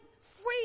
free